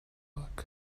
luck